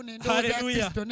Hallelujah